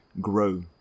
grow